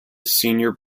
senior